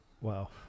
Wow